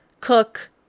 cook